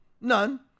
None